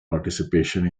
participation